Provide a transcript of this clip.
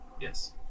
Yes